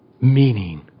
meaning